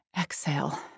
exhale